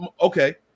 Okay